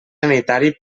sanitari